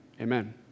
amen